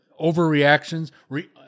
overreactions